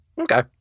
Okay